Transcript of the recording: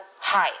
hi